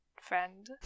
friend